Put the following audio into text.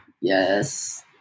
yes